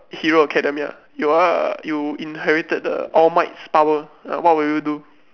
hero academia you are you inherited the all mights power uh what will you do